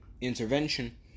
intervention